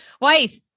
Wife